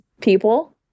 people